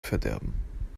verderben